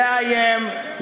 לאיים,